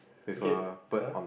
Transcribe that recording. again uh